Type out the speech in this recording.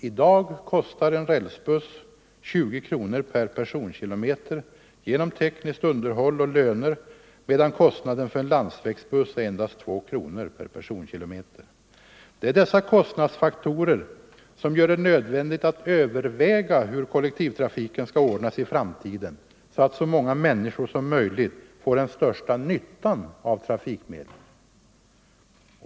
I dag kostar en rälsbuss 20 kr. per personkilometer genom tekniskt underhåll och löner, medan kostnaden för en landsvägsbuss är endast 2 kr. per personkilo meter. Det är dessa kostnadsfaktorer som gör det nödvändigt att överväga hur kollektivtrafiken skall ordnas i framtiden så att så många människor som möjligt får den största nyttan av trafikmedlen.